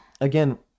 again